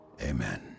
Amen